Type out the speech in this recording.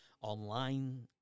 online